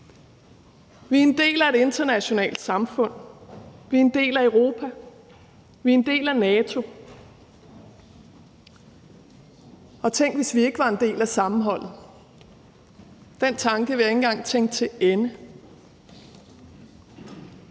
Vi er en del af et internationalt samfund, vi er en del af Europa, vi er en del af NATO – og tænk, hvis vi ikke var en del af sammenholdet. Den tanke vil jeg ikke engang tænke til ende.